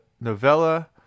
novella